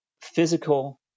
physical